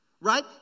right